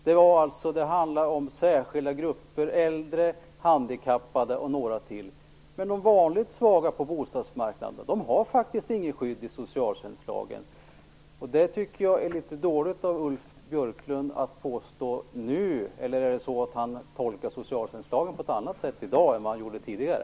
Det handlade om särskilda grupper: äldre, handikappade och några till. Men de andra svaga grupperna på bostadsmarknaden har faktiskt inget skydd i socialtjänstlagen. Jag tycker att det är litet dåligt av Ulf Björklund att påstå något sådant nu. Eller är det så att han tolkar socialtjänstlagen på ett annat sätt i dag än vad han gjorde tidigare?